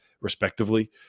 respectively